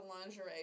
lingerie